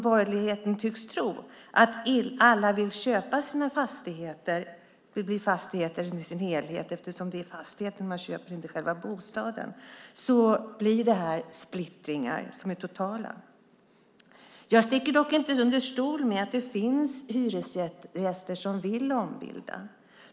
Borgerligheten tycks tro att alla vill köpa sina fastigheter. Det handlar om fastigheten i sin helhet eftersom det är fastigheten man köper och inte själva bostaden. För den som inte vill köpa skapar detta totala splittringar. Jag sticker dock inte under stol med att det finns hyresgäster som vill ombilda.